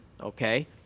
okay